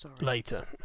later